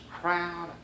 crowd